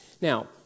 Now